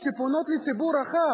שפונות לציבור רחב,